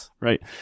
right